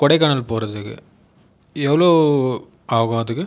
கொடைக்கானல் போகிறதுக்கு எவ்வளோ ஆகும் அதுக்கு